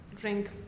drink